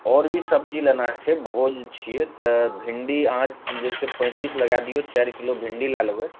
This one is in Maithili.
आओर भी सबजी लेना छै भोज छिए तऽ भिन्डी अहाँ जे छै पैँतिस लगै दिऔ चारि किलो भिन्डी लै लेबै